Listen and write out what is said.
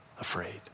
afraid